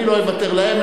אני לא אוותר להם,